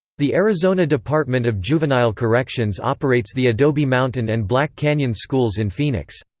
the arizona department of juvenile corrections operates the adobe mountain and black canyon schools in phoenix.